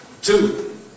Two